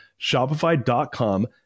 Shopify.com